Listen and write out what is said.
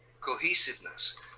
cohesiveness